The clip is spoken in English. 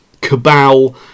cabal